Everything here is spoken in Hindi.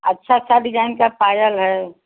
अच्छा अच्छा डिजाइन का पायल है